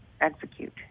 execute